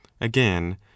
Again